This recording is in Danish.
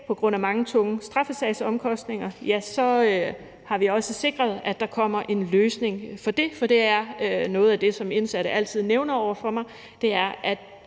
på grund af mange tunge straffesagsomkostninger har vi også sikret, at der kommer en løsning for det. For noget af det, som indsatte altid nævner for mig, er, at